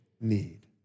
need